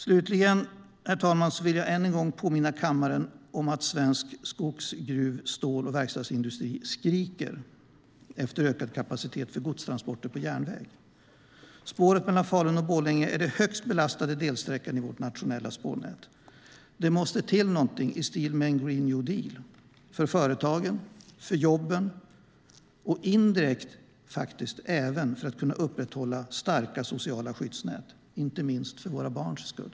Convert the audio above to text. Slutligen vill jag än en gång påminna kammaren om att svensk skogs-, gruv-, stål och verkstadsindustri skriker efter ökad kapacitet för godstransporter på järnväg. Spåret mellan Falun och Borlänge är den högst belastade delsträckan i vårt nationella spårnät. Det måste till något i stil med en green new deal, för företagen och jobben, indirekt även för att kunna upprätthålla starka sociala skyddsnät inte minst för våra barns skull.